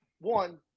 One